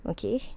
Okay